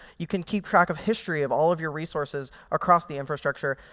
you can keep track of history of all of your resources across the infrastructure.